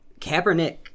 Kaepernick